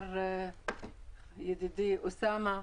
שאמר ידידי אוסאמה,